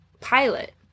pilot